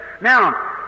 Now